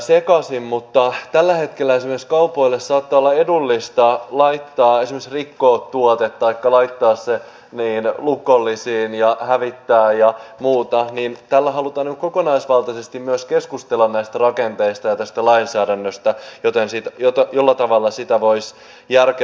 mutta kun tällä hetkellä esimerkiksi kaupoille saattaa olla edullista esimerkiksi rikkoa tuote taikka laittaa se lukollisiin astioihin tai hävittää tai muuta niin tällä halutaan kokonaisvaltaisesti myös keskustella näistä rakenteista ja tästä lainsäädännöstä jolla sitä voisi järkevöittää